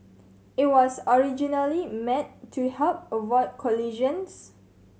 it was originally meant to help avoid collisions